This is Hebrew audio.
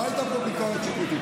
לא הייתה פה ביקורת שיפוטית.